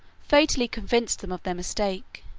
fatally convinced them of their mistake.